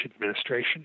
administration